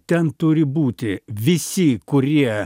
ten turi būti visi kurie